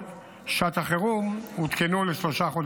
למורכבות ולאתגרים החריגים שנוצרו בעקבות מעצרם של המחבלים